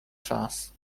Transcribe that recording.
czas